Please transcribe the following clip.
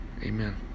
Amen